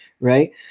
right